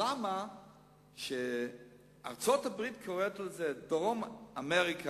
למה כשארצות-הברית קוראת לזה שפעת דרום-אמריקה,